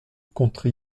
contre